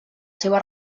seva